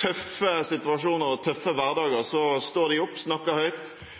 tøffe situasjoner og tøffe hverdager står de opp, snakker høyt